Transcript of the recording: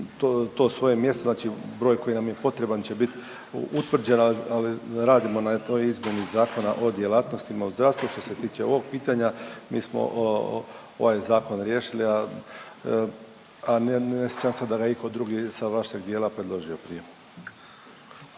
to svoje mjesto, znači broj koji nam je potreban će bit utvrđen, ali radimo na toj izmjeni zakona o djelatnostima u zdravstvu, što se tiče ovog pitanja mi smo ovaj zakon riješili, a ne sjećam se da ga je iko drugi sa vašeg dijela predložio prije.